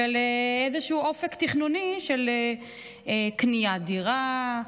ולאיזשהו אופק תכנוני של קניית דירה,